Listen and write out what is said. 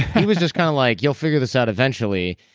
he was just kind of like, you'll figure this out eventually.